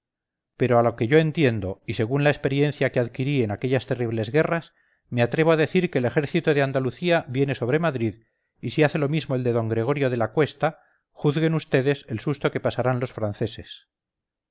pero a lo que yo entiendo y según la experiencia que adquirí en aquellas terribles guerras me atrevo a decir que el ejército de andalucía viene sobre madrid y si hace lo mismo el de don gregorio de la cuesta juzguen vds el susto que pasarán los franceses